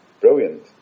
brilliant